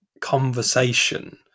conversation